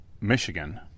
Michigan